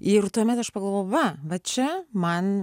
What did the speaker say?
ir tuomet aš pagalvojau va va čia man